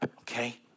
Okay